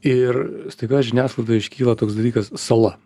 ir staiga žiniasklaidoj iškyla toks dalykas sala